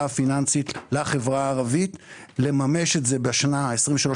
הפיננסית לחברה הערבית לממש את זה בשנת 2023,